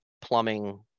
plumbing